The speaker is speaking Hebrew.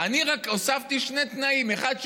אני רק הוספתי שני תנאים: האחד,